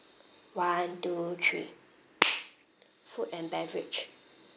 one two three food and beverage